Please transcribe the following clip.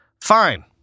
Fine